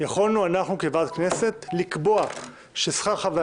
יכולנו אנחנו כוועדת הכנסת לקבוע ששכר חברי